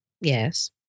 Yes